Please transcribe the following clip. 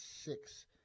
six